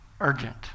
urgent